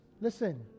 Listen